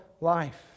life